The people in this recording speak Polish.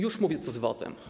Już mówię, co z VAT-em.